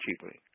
cheaply